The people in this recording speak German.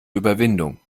überwindung